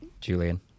Julian